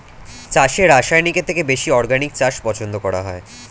চাষে রাসায়নিকের থেকে বেশি অর্গানিক চাষ পছন্দ করা হয়